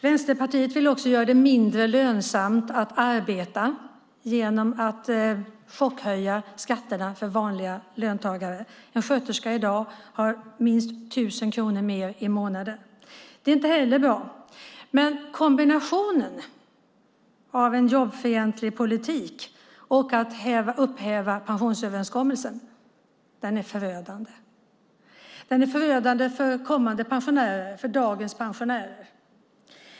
Vänsterpartiet vill också göra det mindre lönsamt att arbeta genom att chockhöja skatterna för vanliga löntagare - en sköterska har i dag minst tusen kronor mer i månaden. Det är inte heller bra. Men kombinationen av en jobbfientlig politik och att man upphäver pensionsöverenskommelsen är förödande. Den är förödande för kommande pensionärer och för dagens pensionärer.